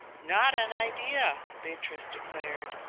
not an idea, beatrice declared.